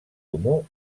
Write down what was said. comú